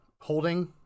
holding